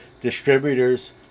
distributors